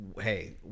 Hey